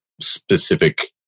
specific